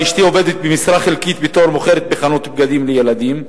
ואשתי עובדת במשרה חלקית בתור מוכרת בחנות בגדים לילדים.